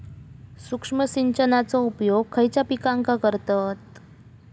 सूक्ष्म सिंचनाचो उपयोग खयच्या पिकांका करतत?